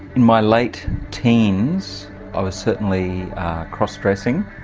in my late teens i was certainly cross dressing,